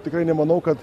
tikrai nemanau kad